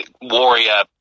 warrior